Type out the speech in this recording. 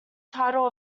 title